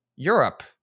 Europe